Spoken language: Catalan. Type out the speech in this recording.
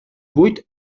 buit